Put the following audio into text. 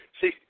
See